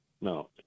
No